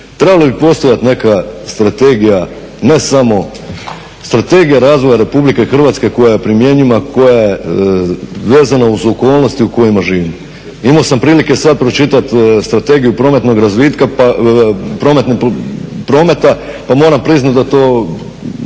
trebala bi postajati nekakva strategija ne samo Strategija razvoja RH koja je primjenjiva koja je vezana uz okolnosti u kojima živimo. Imao sam prilike sada pročitati Strategiju prometa, pa moram priznati da sam